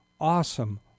awesome